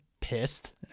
pissed